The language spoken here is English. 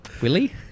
Willie